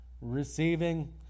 receiving